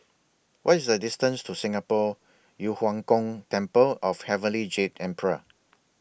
What IS The distance to Singapore Yu Huang Gong Temple of Heavenly Jade Emperor